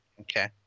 okay